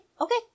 okay